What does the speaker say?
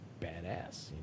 badass